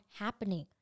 happening